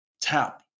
Tap